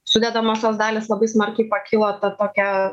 sudedamosios dalys labai smarkiai pakilo ta tokia